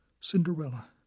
Cinderella